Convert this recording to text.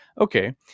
okay